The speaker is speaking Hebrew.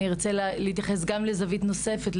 אני ארצה להתייחס גם לזווית נוספת.